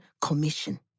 Commission